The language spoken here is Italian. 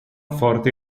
forti